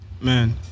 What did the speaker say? Man